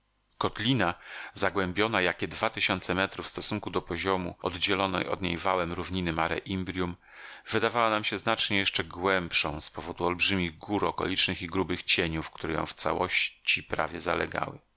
kotlina zagłębiona jakie dwa tysiące metrów w stosunku do poziomu oddzielonej od niej wałem równiny mare imbrium wydawała nam się znacznie jeszcze głębszą z powodu olbrzymich gór okolicznych i grubych cieniów które ją w całości prawie zalegały